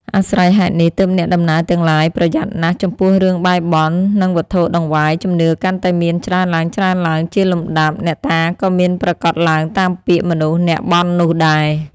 អាស្រ័យហេតុនេះ ទើបអ្នកដំណើរទាំងឡាយប្រយ័ត្នណាស់ ចំពោះរឿងបែរបន់ និងវត្ថុតង្វាយជំនឿកាន់តែមានច្រើនឡើងៗជាលំដាប់ អ្នកតាក៏មានប្រាកដឡើងតាមពាក្យមនុស្សអ្នកបន់នោះដែរ ។